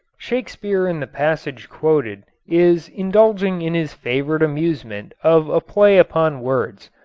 shakespeare in the passage quoted is indulging in his favorite amusement of a play upon words.